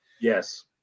Yes